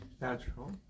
natural